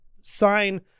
sign